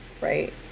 right